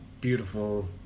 beautiful